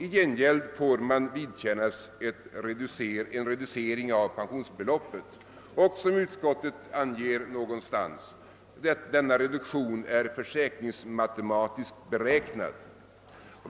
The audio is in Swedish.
I gengäld får man vidkännas en reducering av pensionsbeloppet, och, som utskottsutlåtandet anger, denna reduktion är försäkringsmatematiskt beräknad.